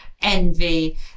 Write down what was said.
envy